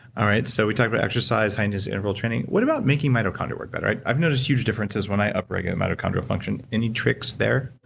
all right, so we talked about but exercise, high-intensity interval training. what about making mitochondria work better? i've noticed huge differences when i up-regulate mitochondrial function. any tricks there?